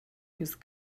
whose